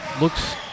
looks